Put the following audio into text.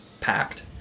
packed